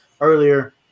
earlier